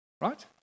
Right